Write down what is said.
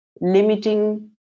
limiting